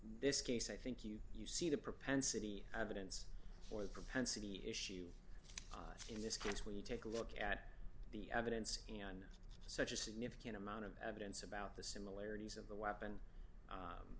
this case i think you you see the propensity evidence or the propensity issue in this case when you take a look at the evidence on such a significant amount of evidence about the similarities of the weapon